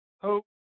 hope